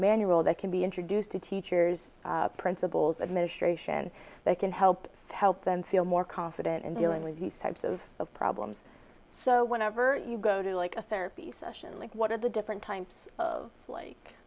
manual that can be introduced to teachers principals administration that can help help them feel more confident in dealing with these types of problems so whenever you go to like a therapy session like what are the different times like